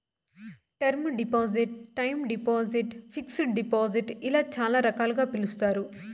term deposit time deposit fixed deposit ఇలా చాలా రకాలుగా పిలుస్తారు